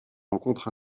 rencontre